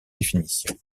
définition